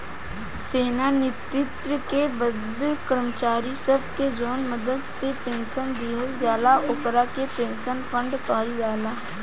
सेवानिवृत्ति के बाद कर्मचारी सब के जवन मदद से पेंशन दिहल जाला ओकरा के पेंशन फंड कहल जाला